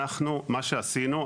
מה שעשינו,